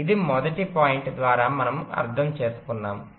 ఇది మొదటి పాయింట్ ద్వారా మనము అర్థం చేసుకున్నాము